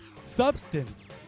substance